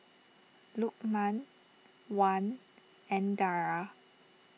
Lukman Wan and Dara